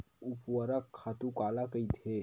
ऊर्वरक खातु काला कहिथे?